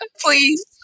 please